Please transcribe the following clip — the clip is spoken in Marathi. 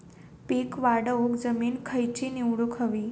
पीक वाढवूक जमीन खैची निवडुक हवी?